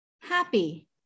happy